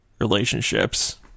relationships